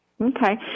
Okay